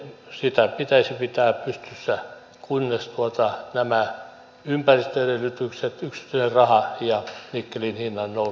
sitä pitäisi pitää pystyssä kunnes nämä ympäristöedellytykset yksityinen raha ja nikkelin hintaa nolla